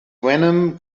venom